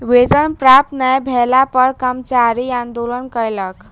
वेतन प्राप्त नै भेला पर कर्मचारी आंदोलन कयलक